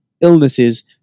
illnesses